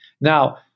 Now